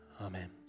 amen